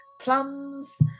plums